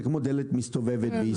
וזה כמו דלת מסתובבת בישראל.